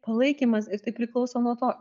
palaikymas ir tai priklauso nuo to